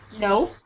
no